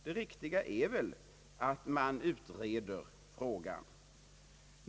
Det riktigaste är väl att man utreder frågan.